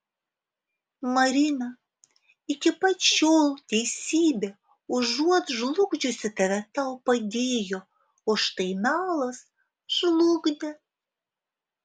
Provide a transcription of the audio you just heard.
marina iki pat šiol teisybė užuot žlugdžiusi tave tau padėjo o štai melas žlugdė